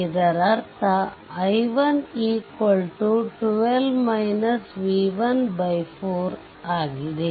ಇದರರ್ಥ i1 4 ಆಗಿದೆ